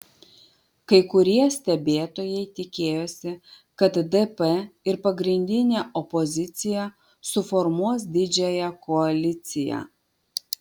kai kurie stebėtojai tikėjosi kad dp ir pagrindinė opozicija suformuos didžiąją koaliciją